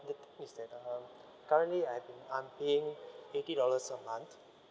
the thing is that uh currently I've been I'm paying eighty dollar a month